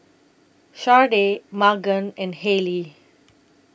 Shardae Magan and Hailee